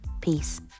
Peace